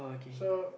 so